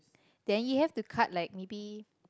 then you have to cut like maybe